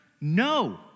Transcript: No